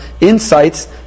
insights